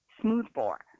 smoothbore